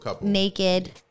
naked